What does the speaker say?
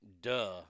duh